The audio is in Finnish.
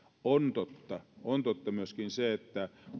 on totta on totta myöskin se että